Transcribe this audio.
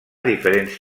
diferents